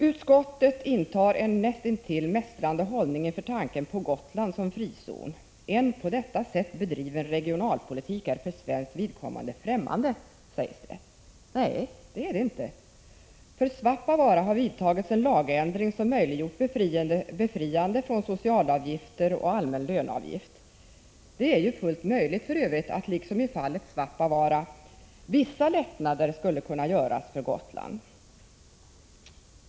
Utskottet intar en näst intill mästrande hållning inför tanken på Gotland som frizon. ”En på detta sätt bedriven regionalpolitik är för svenskt vidkommande främmande”, sägs det. Nej, det är det inte. För Svappavaaras del har det vidtagits en lagändring, som möjliggjort befriande från socialavgifter och allmän löneavgift. Det är för övrigt fullt möjligt att liksom i fallet Svappavaara göra vissa lättnader för Gotland.